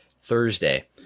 Thursday